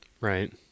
Right